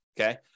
Okay